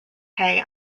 hay